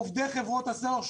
עובדי חברות הסלולר,